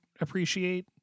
appreciate